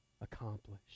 accomplish